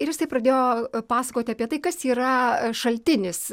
ir jisai pradėjo pasakoti apie tai kas yra šaltinis